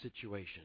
situation